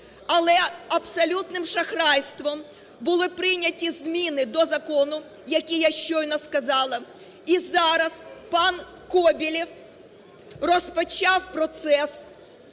Але абсолютним шахрайством були прийняті зміни до закону, які я щойно сказала. І зараз панКоболєв розпочав процес,